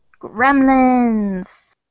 Gremlins